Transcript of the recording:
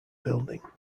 building